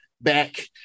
back